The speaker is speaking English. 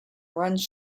runs